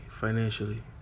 financially